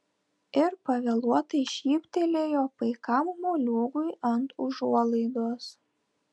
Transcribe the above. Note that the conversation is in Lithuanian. ir pavėluotai šyptelėjo paikam moliūgui ant užuolaidos